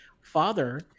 father